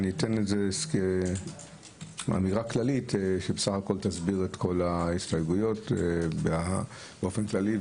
אני אגיד אמירה כללית שתסביר את כל ההסתייגויות באופן כללי.